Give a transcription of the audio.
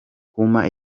kumpa